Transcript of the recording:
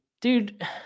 Dude